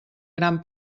gran